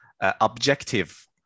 objective